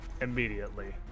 immediately